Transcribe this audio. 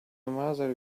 matter